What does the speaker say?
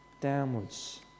downwards